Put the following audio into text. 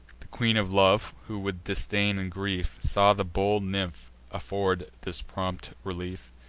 the queen of love, who, with disdain and grief, saw the bold nymph afford this prompt relief,